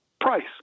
price